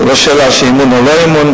זה לא שאלה של אמון או לא אמון,